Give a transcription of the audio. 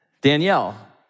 Danielle